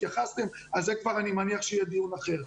התייחסתם ועל זה אני מניח יהיה דיון אחר.